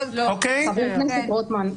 חבר הכנסת רוטמן,